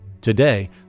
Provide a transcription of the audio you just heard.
Today